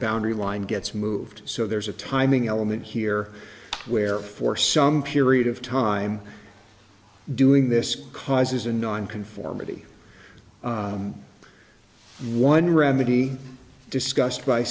boundary line gets moved so there's a timing element here where for some period of time doing this causes a nonconformity one remedy discussed by